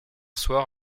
soir